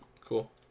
Cool